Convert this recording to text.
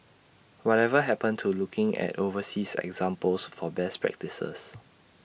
whatever happened to looking at overseas examples for best practices